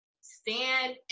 stand